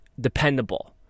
dependable